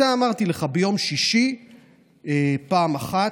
אמרתי לך, ביום שישי הייתה פעם אחת,